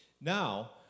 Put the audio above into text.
Now